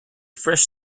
fresh